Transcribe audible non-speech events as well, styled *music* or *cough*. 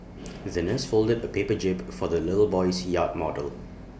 *noise* the nurse folded A paper jib for the little boy's yacht model